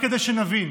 רק כדי שנבין.